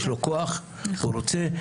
יש לו כוח אם הוא רוצה.